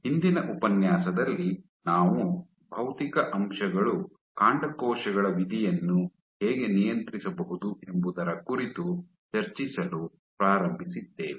ಹಿಂದಿನ ಉಪನ್ಯಾಸದಲ್ಲಿ ನಾವು ಭೌತಿಕ ಅಂಶಗಳು ಕಾಂಡಕೋಶಗಳ ವಿಧಿಯನ್ನು ಹೇಗೆ ನಿಯಂತ್ರಿಸಬಹುದು ಎಂಬುದರ ಕುರಿತು ಚರ್ಚಿಸಲು ಪ್ರಾರಂಭಿಸಿದ್ದೇವೆ